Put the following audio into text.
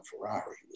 Ferrari